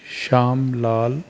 ਸ਼ਾਮ ਲਾਲ